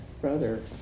brother